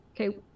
okay